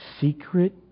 secret